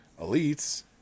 elites